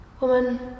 Woman